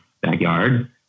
backyard